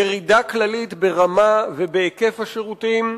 לירידה כללית ברמה ובהיקף של השירותים,